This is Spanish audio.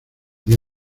día